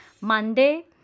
monday